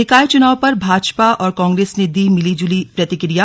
निकाय चुनावों पर भाजपा और कांग्रेस ने दी मिली जुली प्रतिक्रिया